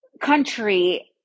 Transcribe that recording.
country